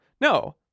No